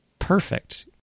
Perfect